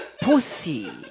pussy